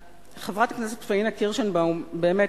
חברת הכנסת פאינה קירשנבאום היא באמת,